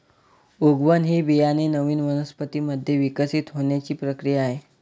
उगवण ही बियाणे नवीन वनस्पतीं मध्ये विकसित होण्याची प्रक्रिया आहे